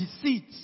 deceit